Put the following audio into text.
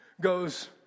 goes